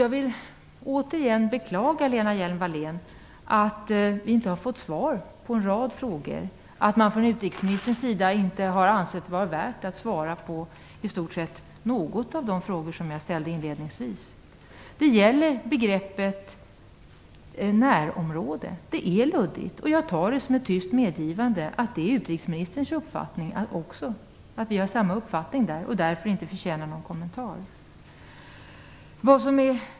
Återigen beklagar jag, Lena Hjelm-Wallén, att vi inte har fått svar på en rad frågor, att utrikesministern i stort sett inte har ansett det vara värt på att svara på någon av de frågor som jag inledningsvis ställde. Det gäller då begreppet närområde. Det är luddigt. Jag tar det som ett tyst medgivande från utrikesministern om att vi har samma uppfattning där och att det här därför inte förtjänar någon kommentar.